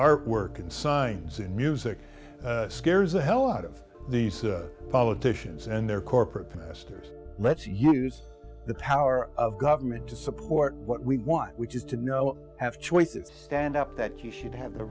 work and signs in music scares the hell out of these politicians and their corporate tonight let's use the power of government to support what we want which is to know have choices stand up that you should have the